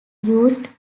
used